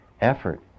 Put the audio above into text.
effort